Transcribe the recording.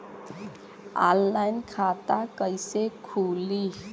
Online खाता कइसे खुली?